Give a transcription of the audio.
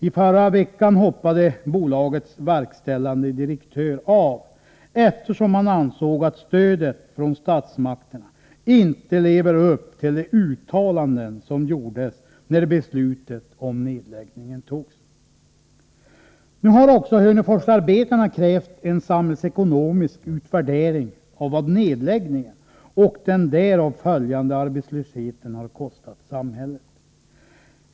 I förra veckan hoppade bolagets verkställande direktör av, eftersom han ansåg att stödet från statsmakterna inte lever upp till de uttalanden som gjordes när beslutet om nedläggningen togs. Nu har också Hörneforsarbetarna krävt en samhällsekonomisk utvärdering av vad nedläggningen och den därav följande arbetslösheten har kostat samhället.